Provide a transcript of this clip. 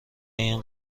این